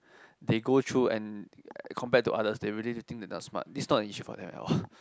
they go through and compare to others they really think they not smart is not an issue for them at all